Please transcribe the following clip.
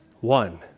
one